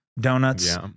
donuts